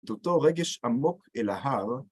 אותו רגש עמוק אל ההר